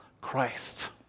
Christ